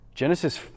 Genesis